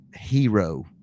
hero